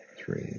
Three